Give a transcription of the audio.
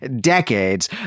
decades